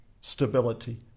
stability